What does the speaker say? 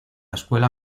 escuela